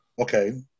okay